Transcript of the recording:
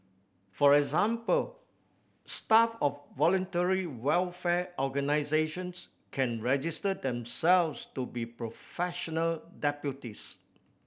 for example staff of voluntary welfare organisations can register themselves to be professional deputies